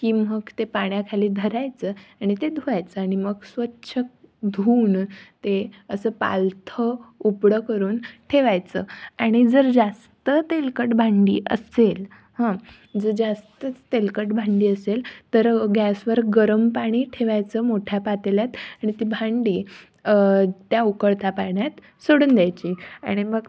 की मग ते पाण्याखाली धरायचं आणि ते धुवायचं आणि मग स्वच्छ धुवून ते असं पालथं उपडं करून ठेवायचं आणि जर जास्त तेलकट भांडी असेल जर जास्तच तेलकट भांडी असेल तर गॅसवर गरम पाणी ठेवायचं मोठ्या पातेल्यात आणि ती भांडी त्या उकळत्या पाण्यात सोडून द्यायची आणि मग